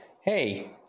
hey